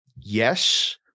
Yes